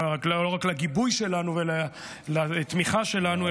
לא רק לגיבוי שלנו ולתמיכה שלנו,